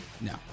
No